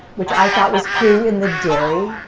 which i thought was clue in the dairy,